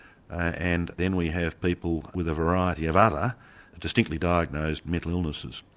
and then we have people with a variety of other distinctly diagnosed mental illnesses.